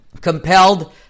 compelled